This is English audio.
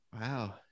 Wow